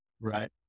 Right